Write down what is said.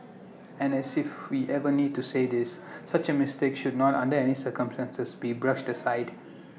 and as if we even need to say this such A mistake should not under any circumstances be brushed aside